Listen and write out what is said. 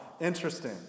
interesting